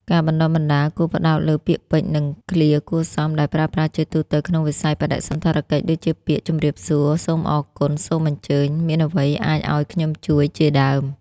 ការបណ្តុះបណ្តាលគួរផ្តោតលើពាក្យពេចន៍ និងឃ្លាគួរសមដែលប្រើប្រាស់ជាទូទៅក្នុងវិស័យបដិសណ្ឋារកិច្ច ដូចជាពាក្យ ជម្រាបសួរ សូមអរគុណ សូមអញ្ជើញ មានអ្វីអាចអោយខ្ញុំជួយ ជាដើម។